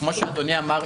כמו שאדוני אמר,